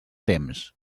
temps